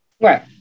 Right